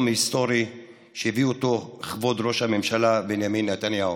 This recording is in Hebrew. היסטורי שהביא כבוד ראש הממשלה בנימין נתניהו,